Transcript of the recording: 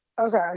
okay